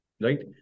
right